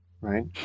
right